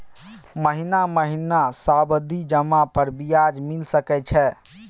महीना महीना सावधि जमा पर ब्याज मिल सके छै?